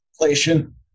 Inflation